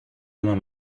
demain